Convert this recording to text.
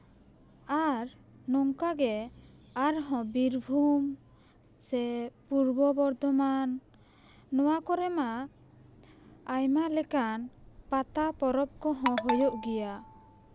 ᱟᱨ ᱟᱨᱦᱚᱸ ᱱᱚᱝᱠᱟᱜᱮ ᱵᱤᱨᱵᱷᱩᱢ ᱥᱮ ᱯᱩᱨᱵᱚ ᱵᱚᱨᱫᱷᱚᱢᱟᱱ ᱱᱚᱣᱟ ᱠᱚᱨᱮ ᱢᱟ ᱟᱭᱢᱟ ᱞᱮᱠᱟᱱ ᱯᱟᱛᱟ ᱯᱚᱨᱚᱵᱽ ᱠᱚᱦᱚᱸ ᱦᱩᱭᱩᱜ ᱜᱮᱭᱟ